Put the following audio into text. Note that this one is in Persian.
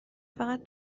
فقط